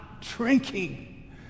drinking